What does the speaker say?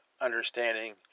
understanding